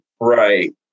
Right